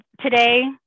today